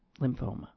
lymphoma